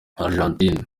argentine